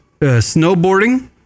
snowboarding